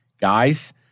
Guys